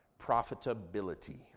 profitability